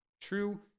true